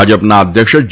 ભાજપના અધ્યક્ષ જે